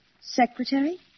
secretary